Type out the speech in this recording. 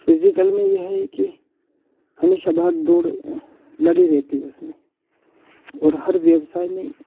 physical में ये है कि हमेशा भाग दौड़ लगे रहते उसमें और हर व्यवसाय में